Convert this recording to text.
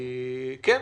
כן,